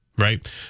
right